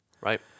Right